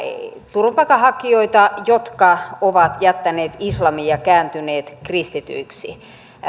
turvapaikanhakijoita jotka ovat jättäneet islamin ja kääntyneet kristityiksi